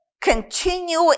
continue